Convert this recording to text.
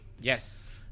yes